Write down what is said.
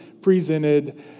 presented